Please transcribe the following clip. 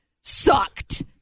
sucked